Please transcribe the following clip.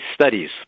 studies